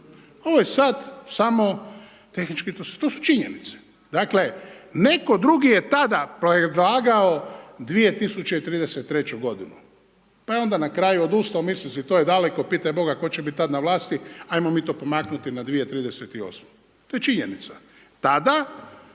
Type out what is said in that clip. Ovo je sada samo tehnički, to su činjenice. Dakle, netko drugi je tada predlagao 2033. godinu, pa je onda na kraju odustao misleći to je daleko, pitaj Boga tko će biti tada na vlasti, hajmo mi to pomaknuti na 2038. to je činjenica. Tada